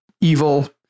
evil